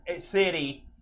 city